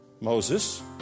Moses